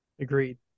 Agreed